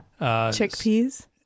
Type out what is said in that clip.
Chickpeas